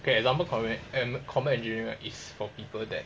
okay example common eh common engineering is for people that